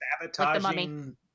sabotaging